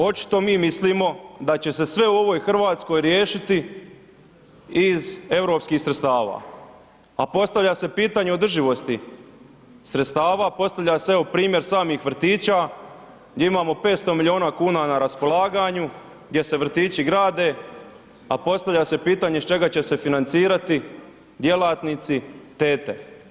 Očito mi mislimo da će se sve u ovoj Hrvatskoj riješiti iz EU sredstava, a postavlja se pitanje održivosti sredstava, postavlja se evo primjer samih vrtića gdje imamo 500 miliona kuna na raspolaganju, gdje se vrtići grade, a postavlja se pitanje iz čega će se financirati djelatnici tete.